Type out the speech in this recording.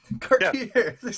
Cartier